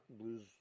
blues